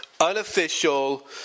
unofficial